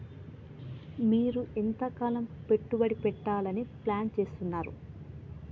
మీరు ఎంతకాలం పెట్టుబడి పెట్టాలని ప్లాన్ చేస్తున్నారు?